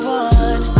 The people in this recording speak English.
one